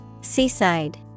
Seaside